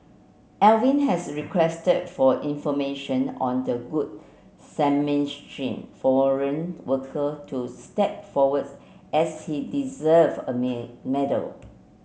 Alvin has requested for information on the Good Samaritan foreign worker to step forward as he deserve a medal